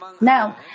Now